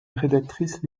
rédactrice